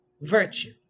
Virtue